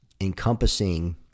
encompassing